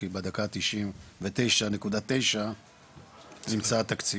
כי בדקה ה- 99.9 נמצא התקציב.